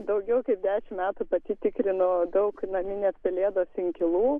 daugiau kaip dešimt metų pati tikrinau daug naminės pelėdos inkilų